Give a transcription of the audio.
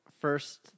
first